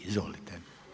Izvolite.